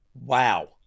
Wow